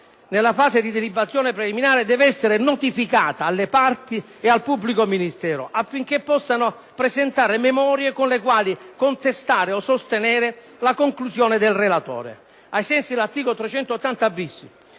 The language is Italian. della fase di delibazione preliminare deve essere notificata alle parti e al pubblico ministero affinche´ possano presentare memorie con le quali contestare o sostenere le conclusioni del relatore, ai sensi dell’articolo 380-bis